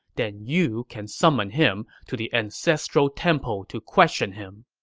then you can summon him to the ancestral temple to question him.